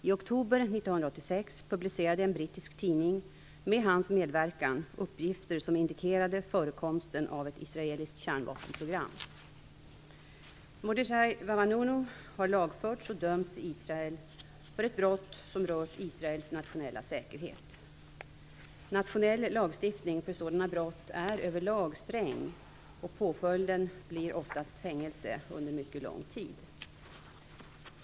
I oktober 1986 publicerade en brittisk tidning, med hans medverkan, uppgifter som indikerade förekomsten av ett israeliskt kärnvapenprogram. Mordechai Vanunu har lagförts och dömts i Israel för ett brott som rört Israels nationella säkerhet. Nationell lagstiftning för sådana brott är över lag sträng, och påföljden blir oftast fängelse under mycket lång tid.